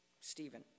Stephen